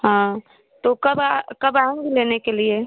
हाँ तो कब कब आएंगे लेने के लिए